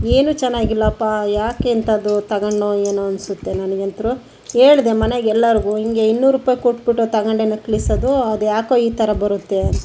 ಏನೂ ಚೆನ್ನಾಗಿಲ್ಲಪ್ಪ ಯಾಕೆ ಇಂಥದ್ದು ತಗೊಂಡ್ನೋ ಏನೋ ಅನ್ನಿಸುತ್ತೆ ನನಗಂತ್ರು ಹೇಳ್ದೆ ಮನೆಗೆ ಎಲ್ಲರ್ಗೂ ಹಿಂಗೆ ಇನ್ನೂರು ರೂಪಾಯಿ ಕೊಟ್ಟು ಬಿಟ್ಟು ತಗೊಂಡೆ ನಕ್ಲಿಸ್ ಅದು ಅದು ಯಾಕೋ ಈ ಥರ ಬರುತ್ತೆ